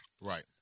Right